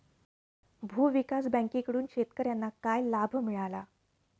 भूविकास बँकेकडून शेतकर्यांना काय लाभ मिळाला?